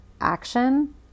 action